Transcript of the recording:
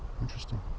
Interesting